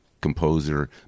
composer